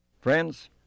friends